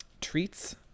treats